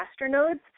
masternodes